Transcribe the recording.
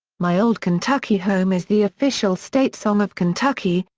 my old kentucky home is the official state song of kentucky,